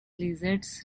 lizards